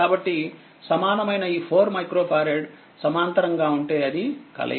కాబట్టిసమానమైన ఈ 4 మైక్రో ఫారెడ్సమాంతరంగా ఉంటేఅదికలయిక